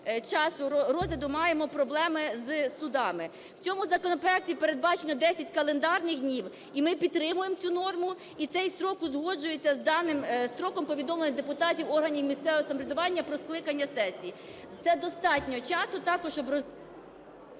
часу розгляду маємо проблеми з судами. В цьому законопроекті передбачено 10 календарних днів, і ми підтримуємо цю норму, і цей строк узгоджується з даним строком повідомлення депутатів органів місцевого самоврядування про скликання сесії. Це достатньо часу також, щоб... Веде